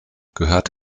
gehört